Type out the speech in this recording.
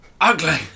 Ugly